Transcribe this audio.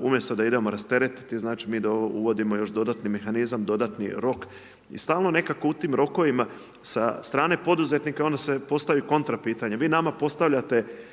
umjesto da idemo rasteretiti, mi uvodimo još dodatni mehanizam, dodatni tok i stalno nekako u tim rokovima sa strane poduzetnika onda se postavi kontra pitanje. Vi nama postavljate